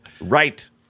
Right